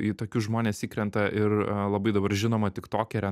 į tokius žmones įkrenta ir labai dabar žinoma tiktokerė